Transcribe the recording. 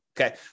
okay